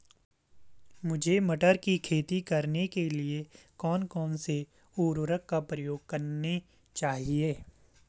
मुझे मटर की खेती करने के लिए कौन कौन से उर्वरक का प्रयोग करने चाहिए?